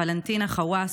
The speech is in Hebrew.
ולנטינה חוואס,